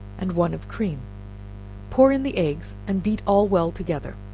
and one of cream pour in the eggs, and beat all well together